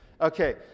Okay